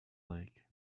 lake